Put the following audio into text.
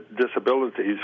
disabilities